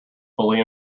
fully